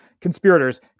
conspirators